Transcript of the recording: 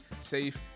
safe